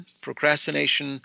Procrastination